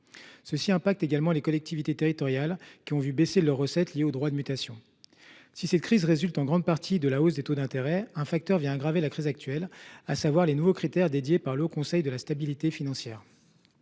Cela affecte également les collectivités territoriales, qui ont vu baisser leurs recettes liées aux droits de mutation. Si cette crise résulte en grande partie de la hausse des taux d’intérêt, un facteur aggrave la crise actuelle, à savoir les nouveaux critères décidés par le Haut Conseil de stabilité financière.